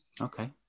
Okay